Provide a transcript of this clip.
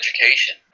education